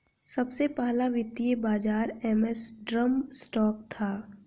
सबसे पहला वित्तीय बाज़ार एम्स्टर्डम स्टॉक था